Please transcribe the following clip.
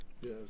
Yes